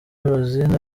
rosine